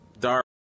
dark